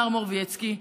מר מורבייצקי,